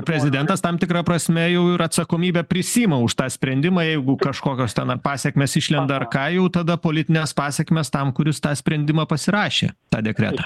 prezidentas tam tikra prasme jau ir atsakomybę prisiima už tą sprendimą jeigu kažkokios ten ar pasekmės išlenda ar ką jau tada politinės pasekmės tam kuris tą sprendimą pasirašė tą dekretą